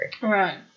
Right